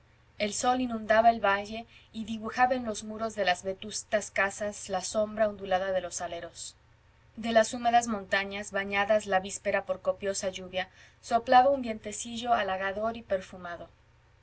el sol inundaba el valle y dibujaba en los muros de las vetustas casas la sombra ondulada de los aleros de las húmedas montañas bañadas la víspera por copiosa lluvia soplaba un vientecillo halagador y perfumado